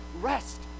rest